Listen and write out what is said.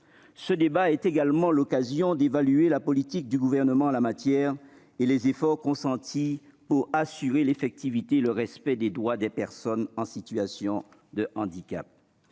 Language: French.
Ce débat est également l'occasion d'évaluer la politique du Gouvernement en la matière et les efforts consentis pour assurer l'effectivité et le respect des droits des personnes en situation de handicap.